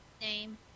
name